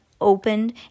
opened